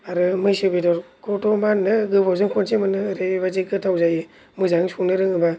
आरो मैसो बेदरखौथ' मा होननो गोबावजों खनसे मोनो ओरैबायदि गोथाव जायो मोजाङै संनो रोङोबा